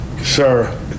sir